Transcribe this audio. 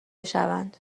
شوند